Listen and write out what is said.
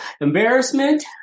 Embarrassment